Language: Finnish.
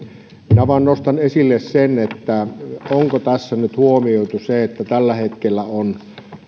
minä nostan esille vain sen onko tässä nyt huomioitu se että tällä hetkellä on